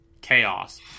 chaos